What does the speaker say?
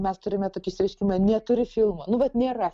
mes turime tokį išsireiškimą neturiu filmo nu vat nėra